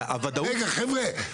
רגע, חבר'ה.